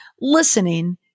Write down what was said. listening